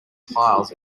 piles